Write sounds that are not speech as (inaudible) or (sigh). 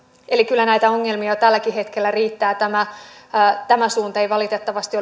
eli kyllä näitä ongelmia jo tälläkin hetkellä riittää ja tämä suunta ei valitettavasti (unintelligible)